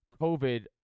COVID